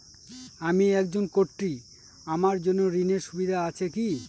আমি একজন কট্টি আমার জন্য ঋণের সুবিধা আছে কি?